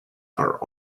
are